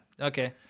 Okay